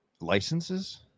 Licenses